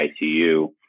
ICU